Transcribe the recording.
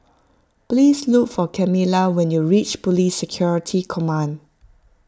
please look for Kamila when you reach Police Security Command